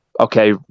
Okay